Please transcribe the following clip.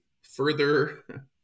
further